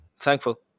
Thankful